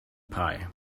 pie